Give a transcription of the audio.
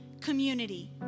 community